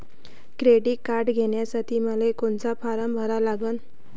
Credit card घ्यासाठी मले कोनचा फारम भरा लागन?